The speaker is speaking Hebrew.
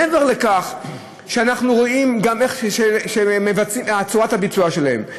מעבר לכך שאנחנו רואים גם את צורת הביצוע שלהם.